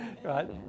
right